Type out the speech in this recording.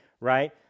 right